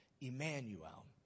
Emmanuel